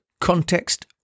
context